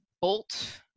bolt